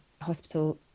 hospital